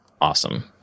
Awesome